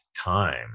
time